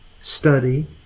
study